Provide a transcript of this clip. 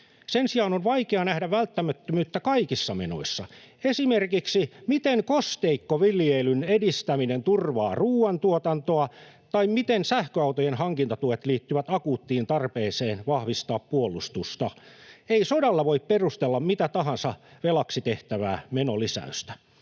Sen sijaan on vaikea nähdä välttämättömyyttä kaikissa menoissa. Esimerkiksi: miten kosteikkoviljelyn edistäminen turvaa ruuantuotantoa tai miten sähköautojen hankintatuet liittyvät akuuttiin tarpeeseen vahvistaa puolustusta? Ei sodalla voi perustella mitä tahansa velaksi tehtävää menolisäystä.